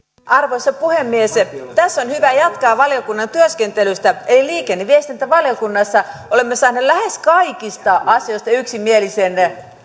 arvoisa puhemies tässä on hyvä jatkaa valiokunnan työskentelystä eli liikenne ja viestintävaliokunnassa olemme saaneet lähes kaikista asioista yksimielisen